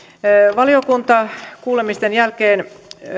valiokunta kuulemisten jälkeen